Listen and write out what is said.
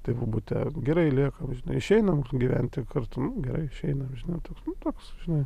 tėvų bute gerai liekam žinai išeinam gyventi kartu nu gerai išeinam žinai toks nu toks žinai